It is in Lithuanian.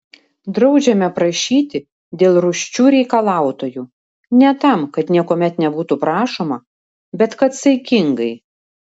draudžiame prašyti dėl rūsčių reikalautojų ne tam kad niekuomet nebūtų prašoma bet kad saikingai